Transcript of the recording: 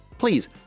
please